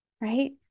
right